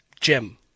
Jim